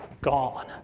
Gone